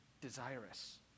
desirous